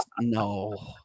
No